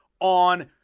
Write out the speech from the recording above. On